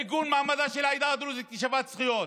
עיגון מעמדה של העדה הדרוזית כשוות זכויות.